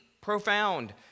profound